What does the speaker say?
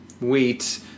wheat